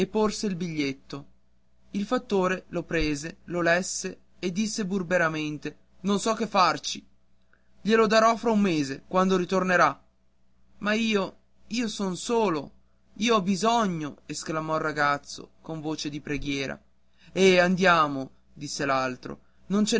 porse il biglietto il fattore lo prese lo lesse e disse burberamente non so che farci glielo darò fra un mese quando ritornerà ma io io son solo io ho bisogno esclamò il ragazzo con voce di preghiera eh andiamo disse l'altro non